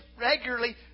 regularly